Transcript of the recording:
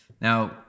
Now